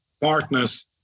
partners